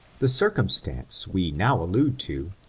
the circumstance we now allude to,